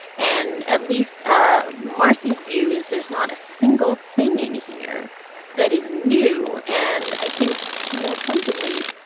and at least ah marcy's view is there's not a single thing in here that is new. and i think more pointedly,